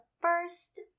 first